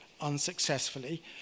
unsuccessfully